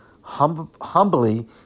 humbly